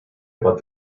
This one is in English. about